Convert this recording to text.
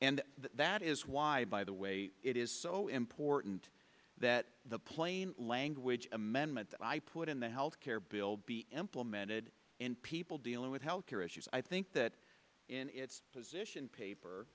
and that is why by the way it is so important that the plain language amendment that i put in the healthcare bill be implemented in people dealing with health care issues i think that in its p